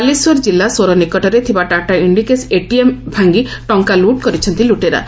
ବାଲେଶ୍ୱର ଜିଲ୍ଲା ସୋର ନିକଟରେ ଥିବା ଟାଟା ଇଣ୍ଡିକାସ ଏଟିଏମ୍ ଭାଙି ଟଙ୍କା ଲୁଟ୍ କରିଛନ୍ତି ଲୁଟେରା